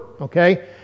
Okay